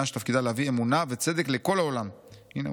שתפקידה להביא אמונה וצדק לכל העולם" הינה,